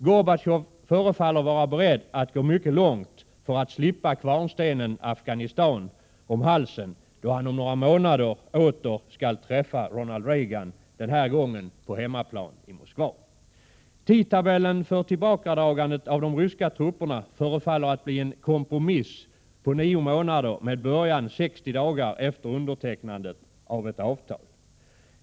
Gorbatjov förefaller vara beredd att gå mycket långt för att slippa kvarnstenen Afghanistan om halsen, då han om några månader åter skall träffa Ronald Reagan, den här gången på hemmaplan i Moskva. Tidtabellen för tillbakadragandet av de ryska trupperna förefaller att bli en kompromiss på nio månader, med början 60 dagar efter undertecknandet av ett avtal.